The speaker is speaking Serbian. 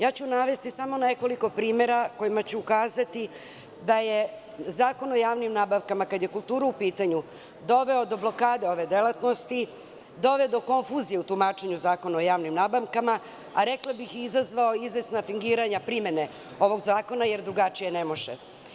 Navešću samo nekoliko primera kojima ću ukazati da je Zakon o javnim nabavkama, kada je kultura u pitanju, doveo do blokade ove delatnosti, doveo do konfuzije u tumačenju Zakona o javnim nabavkama, a rekla bih i izazvao izvesna fingiranja primene ovog zakona, jer drugačije ne može.